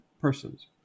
persons